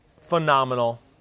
phenomenal